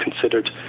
considered